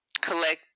collect